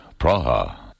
Praha